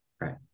Right